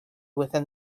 within